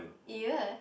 ya